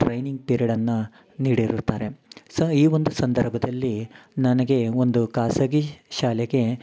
training ಪಿರೇಡನ್ನ ನೀಡಿರುತ್ತಾರೆ ಸ ಈ ಒಂದು ಸಂದರ್ಭದಲ್ಲಿ ನನಗೆ ಒಂದು ಖಾಸಗಿ ಶಾಲೆಗೆ